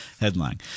headline